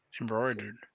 Embroidered